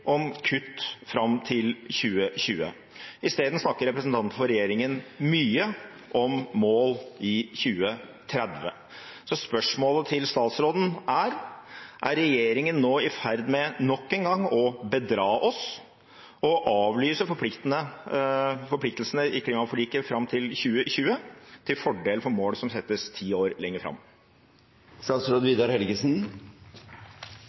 om kutt fram til 2020. I stedet snakker representanter for regjeringen mye om mål i 2030. Spørsmålet til statsråden er: Er regjeringen nå i ferd med nok en gang å bedra oss og avlyse forpliktelsene i klimaforliket fram til 2020 til fordel for mål som settes ti år